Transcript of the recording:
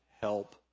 help